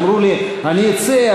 שאמרו לי: אני אצא,